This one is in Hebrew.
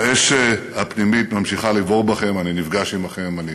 האש הפנימית ממשיכה לבעור בכם, אני נפגש עמכם, אני